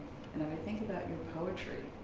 and i think about your poetry